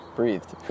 breathed